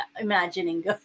imagining